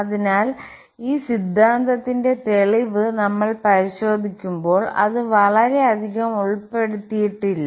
അതിനാൽ ഈ സിദ്ധാന്തത്തിന്റെ തെളിവ് നമ്മൾ പരിശോധിക്കുമ്പോൾ അത് വളരെ അധികം ഉൾപ്പെടുത്തിയിട്ടില്ല